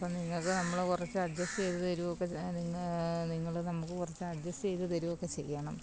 അപ്പോൾ നിങ്ങൾക്ക് നമ്മൾ കുറച്ച് അഡ്ജസ്റ്റ് ചെയ്തു തരുകയൊക്കെ നിങ്ങൾ നമ്മൾക്ക് കുറച്ച് അഡ്ജസ്റ്റ് ചെയ്ത് തരികയൊക്കെ ചെയ്യണം